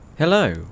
Hello